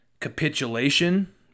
capitulation